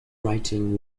writing